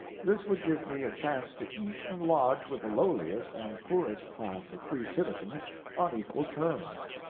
this would give me a chance to eat and lodge with the lowliest and poorest class of free citizens on equal terms.